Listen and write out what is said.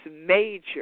major